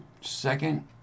second